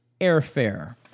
airfare